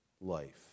life